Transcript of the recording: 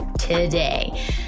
today